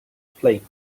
playing